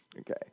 Okay